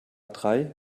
drei